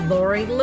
Lori